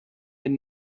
had